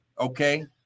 Okay